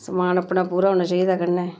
समान अपना पूरा होना चाहिदा कन्नै